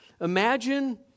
Imagine